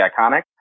iconic